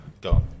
Go